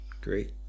great